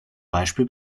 beispiel